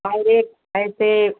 direct ऐसे